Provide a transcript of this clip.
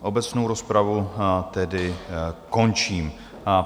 Obecnou rozpravu tedy končím.